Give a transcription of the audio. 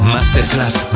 Masterclass